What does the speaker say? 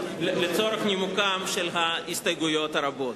לצורך נימוקן של ההסתייגויות הרבות.